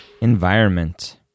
environment